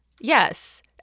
Yes